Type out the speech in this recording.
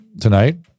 tonight